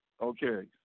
Okay